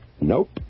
Nope